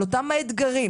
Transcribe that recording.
על אותם אתגרים,